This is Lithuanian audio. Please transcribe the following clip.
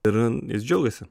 ir jis džiaugiasi